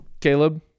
Caleb